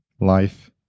life